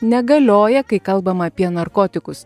negalioja kai kalbama apie narkotikus